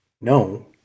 No